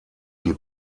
die